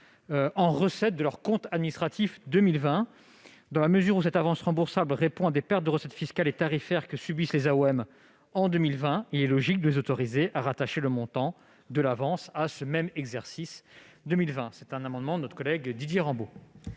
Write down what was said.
en recettes de leur compte administratif pour 2020. Dans la mesure où cette avance remboursable répond à des pertes de recettes fiscales et tarifaires que subissent les AOM en 2020, il est logique de les autoriser à rattacher le montant de l'avance à l'exercice 2020. Quel est l'avis de la